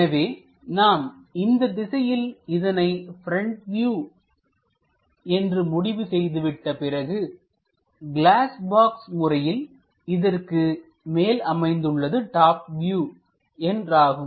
எனவே நாம் இந்த திசையில் இதனை ப்ரெண்ட் வியூ என்று முடிவு செய்துவிட்ட பிறகு கிளாஸ் பாக்ஸ் முறையில் இதற்கு மேல் அமைந்துள்ளது டாப் வியூ என்றாகும்